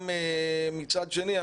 מצד שני,